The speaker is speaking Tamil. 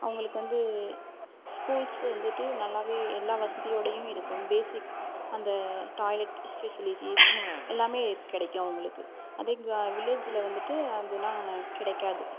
அவங்களுக்கு வந்து ஸ்கூல்ஸ் வந்துட்டு நல்லாவே எல்லா வசதியோடையும் இருக்கும் பேசிக் அந்த டாய்லெட் ஃபெசிலிட்டிஸ் எல்லாம் கிடைக்கும் அவங்களுக்கு அதே கிரா வில்லேஜில் வந்துட்டு அதெலாம் கிடைக்காது